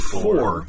four